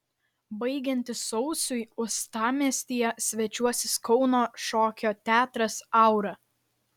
baigiantis sausiui uostamiestyje svečiuosis kauno šokio teatras aura